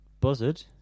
Buzzard